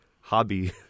hobby